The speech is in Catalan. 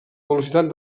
velocitat